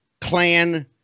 clan